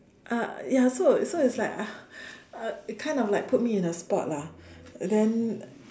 uh ya so so it's like I uh it kind of like put me in a spot lah then